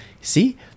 See